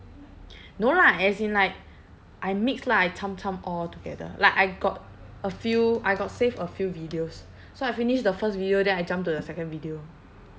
no lah as in like I mix lah I cham cham all together like I got a few I got save a few videos so I finish the first video then I jump to the second video